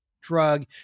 drug